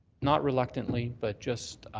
not reluctantly but just